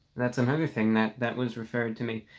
that's another thing that that was referred to me